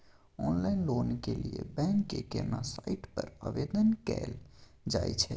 Online loan के लिए bank के केना साइट पर आवेदन कैल जाए छै?